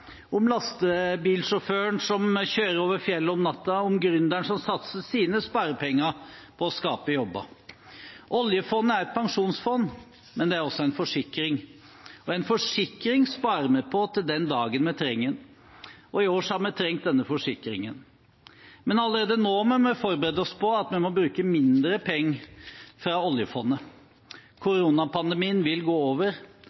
om lastebilsjåføren som kjører over fjellet om natten, og om gründeren som satser sine sparepenger på å skape jobber. Oljefondet er et pensjonsfond, men det er også en forsikring. En forsikring sparer vi på til den dagen vi trenger den. I år har vi trengt denne forsikringen, men allerede nå må vi forberede oss på at vi må bruke mindre penger fra oljefondet. Koronapandemien vil gå over.